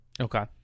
Okay